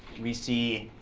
we see